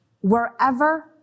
wherever